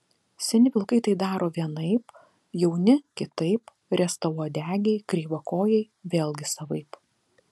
seni vilkai tai daro vienaip jauni kitaip riestauodegiai kreivakojai vėlgi savaip